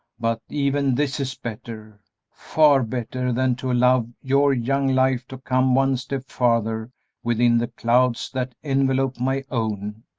but even this is better far better than to allow your young life to come one step farther within the clouds that envelop my own.